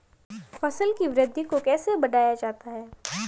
फसल की वृद्धि को कैसे बढ़ाया जाता हैं?